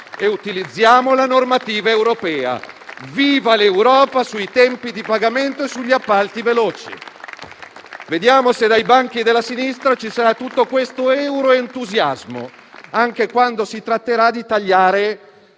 e utilizziamo la normativa europea. Viva l'Europa sui tempi di pagamento e sugli appalti veloci. Vediamo se dai banchi della sinistra ci sarà tutto questo euroentusiasmo anche quando si tratterà di tagliare